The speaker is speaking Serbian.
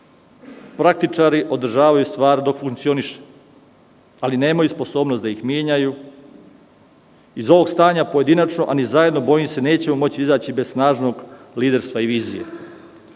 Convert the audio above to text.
Praktičari održavaju stvar dok funkcioniše, ali nemaju sposobnost da ih menjaju pojedinačno, a i zajedno nećemo moći izaći bez snažnog liderstva i vizije.